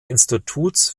instituts